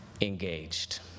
engaged